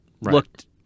looked